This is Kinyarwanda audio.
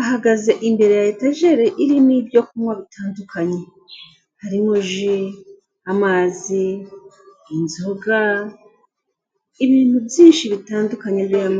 ahagaze imbere ya etegele irimo ibyo kunywa bitandukanye harimo ji, amazi, inzoga, ibintu byinshi bitandukanye birimo.